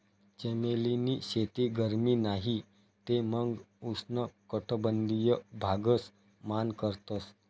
चमेली नी शेती गरमी नाही ते मंग उष्ण कटबंधिय भागस मान करतस